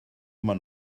immer